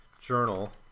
journal